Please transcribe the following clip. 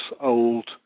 old